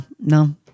no